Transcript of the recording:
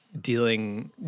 dealing